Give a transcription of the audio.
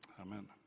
Amen